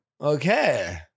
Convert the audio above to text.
Okay